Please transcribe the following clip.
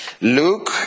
Luke